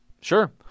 Sure